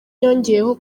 yongeyeho